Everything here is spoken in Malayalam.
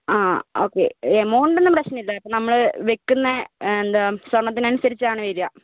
ആ ഓക്കെ എമൗണ്ടൊന്നും പ്രശ്നമില്ല അത് നമ്മൾ വെക്കുന്ന എന്താ സ്വർണ്ണത്തിനനുസരിച്ചാണ് വരുക